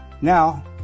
Now